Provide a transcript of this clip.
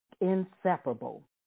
Inseparable